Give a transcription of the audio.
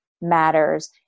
matters